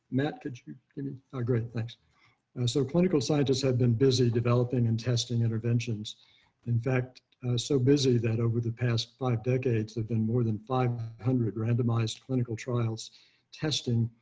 matt, could you give you great, thanks. johnweisz so clinical scientists have been busy developing and testing interventions in fact so busy that over the past five decades have been more than five hundred randomized clinical trials testing.